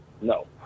No